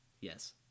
yes